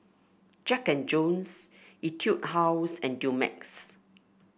Jack And Jones Etude House and Dumex